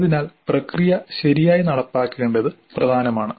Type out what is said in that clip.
അതിനാൽ പ്രക്രിയ ശരിയായി നടപ്പാക്കേണ്ടത് പ്രധാനമാണ്